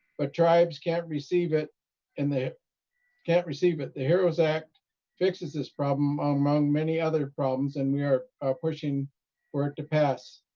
but tribes can't receive it and they can't receive it it. the heroes act fixes this problem among many other problems and we are pushing for it to pass.